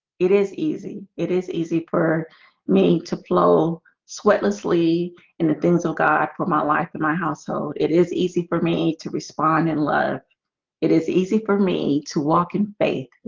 it is easy it is easy for me to flow sweat lessly and the things of god for my life in my household it is easy for me to respond and love it is easy for me to walk in faith,